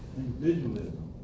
individualism